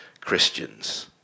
Christians